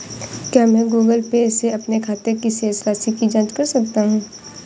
क्या मैं Google Pay से अपने खाते की शेष राशि की जाँच कर सकता हूँ?